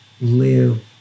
live